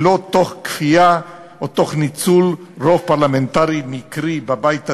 ולא תוך כפייה או תוך ניצול רוב פרלמנטרי מקרי בבית הזה,